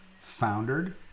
foundered